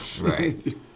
Right